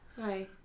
Hi